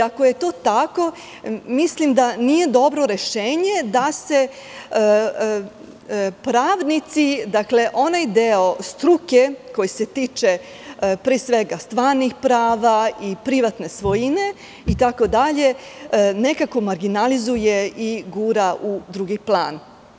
Ako je to tako, mislim da nije dobro rešenje da se pravnici, onaj deo struke koji se tiče pre svega stvarnih prava i privatne svojine itd, nekako marginalizuje i gura u drugi plan.